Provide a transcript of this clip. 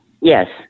Yes